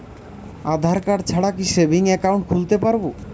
আধারকার্ড ছাড়া কি savings account খুলতে পারব?